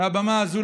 מהבמה הזאת,